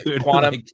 Quantum